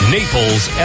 Naples